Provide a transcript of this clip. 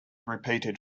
repeated